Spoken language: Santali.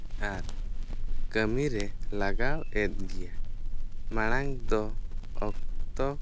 ᱟᱨ ᱠᱟᱹᱢᱤᱨᱮ ᱞᱟᱜᱟᱣ ᱮᱫ ᱜᱮᱭᱟ ᱢᱟᱲᱟᱝ ᱫᱚ ᱚᱠᱛᱚ